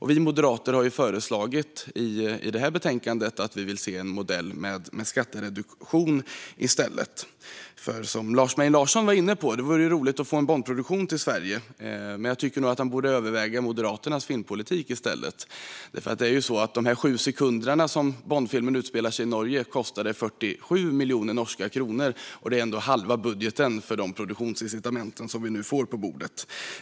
Vi moderater har som förslag i betänkandet att vi hellre ser en modell med skattereduktion. Visst vore det roligt att få en Bondproduktion till Sverige, som Lars Mejern Larsson var inne på, men han borde nog överväga Moderaternas filmpolitik i stället. De sju sekunder som Bondfilmen utspelar sig i Norge kostade nämligen 47 miljoner norska kronor, vilket motsvarar halva den svenska produktionsincitamentsbudgeten.